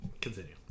Continue